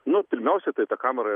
nu pirmiausia tai tą kamerą